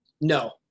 No